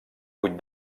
buit